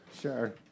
Sure